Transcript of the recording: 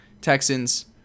Texans